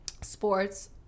sports